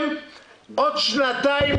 אם יש שני עובדים כאלה במדינה,